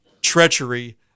treachery